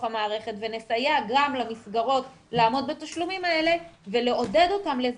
המערכת ונסייע גם למסגרות לעמוד בתשלומים האלה ולעודד אותם לזה,